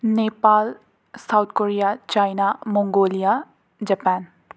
Nepal South Korea China Mongolia Japan